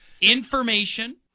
information